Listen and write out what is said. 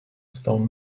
stone